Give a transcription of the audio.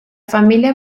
familia